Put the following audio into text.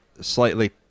slightly